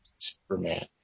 Superman